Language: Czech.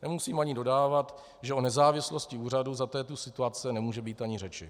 Nemusím ani dodávat, že o nezávislosti úřadu za této situace nemůže být ani řeči.